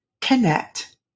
connect